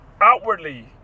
outwardly